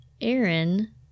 Aaron